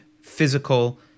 physical